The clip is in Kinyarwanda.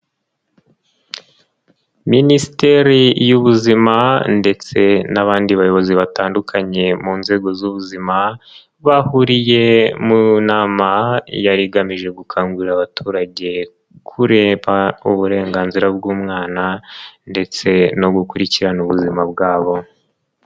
Minisiteri y'ubuzima ndetse n'abandi bayobozi batandukanye mu nzego z'ubuzima, bahuriye mu nama yari igamije gukangurira abaturage kureba uburenganzira bw'umwana ndetse no gukurikirana ubuzima bwabo.